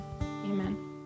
amen